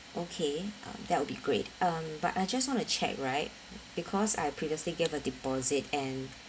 okay um that will be great um but I just want to check right because I previously gave a deposit an